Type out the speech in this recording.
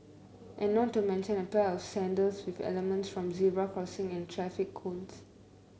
and not to mention a pair of sandals with elements from zebra crossing and traffic cones